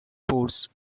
force